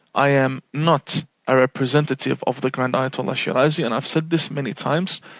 i am not a representative of the grand ayatollah shirazi and i've said this many times.